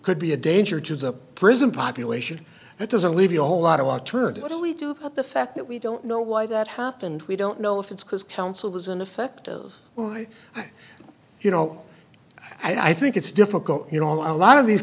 could be a danger to the prison population it doesn't leave you a whole lot of attorney what do we do about the fact that we don't know why that happened we don't know if it's because counsel has an effect of well i you know i think it's difficult you know a lot of these